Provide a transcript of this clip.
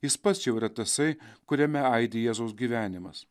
jis pats jau yra tasai kuriame aidi jėzaus gyvenimas